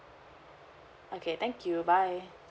okay thank you bye